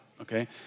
okay